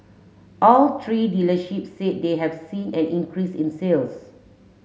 all three dealerships said they have seen an increase in sales